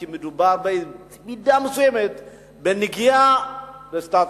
כי מדובר במידה מסוימת בנגיעה בסטטוס-קוו.